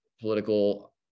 political